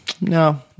no